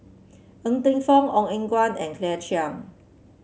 Ng Teng Fong Ong Eng Guan and Claire Chiang